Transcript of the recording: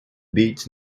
beach